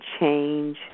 change